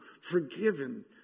forgiven